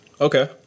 okay